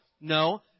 No